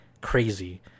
crazy